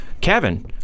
Kevin